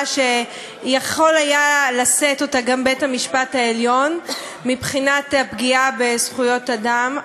שיכול היה לשאת אותה גם בית-המשפט העליון מבחינת הפגיעה בזכויות אדם.